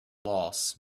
loss